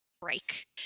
break